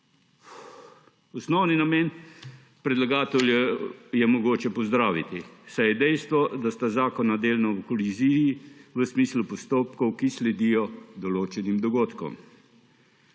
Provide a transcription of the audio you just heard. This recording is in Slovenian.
Osnovni namen predlagateljev je mogoče pozdraviti, saj je dejstvo, da sta zakona delno v koliziji v smislu postopkov, ki sledijo določenim dogodkov,